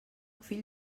fill